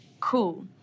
cool